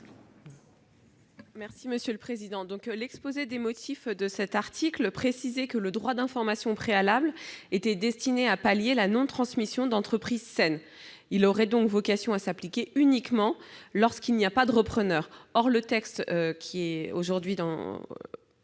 Christine Lavarde. L'exposé des motifs de l'article 62 précisait que le droit d'information préalable était destiné à remédier à la non-transmission d'entreprises saines. Il aurait donc vocation à s'appliquer uniquement lorsqu'il n'y a pas de repreneur. Or le texte va aujourd'hui au-delà,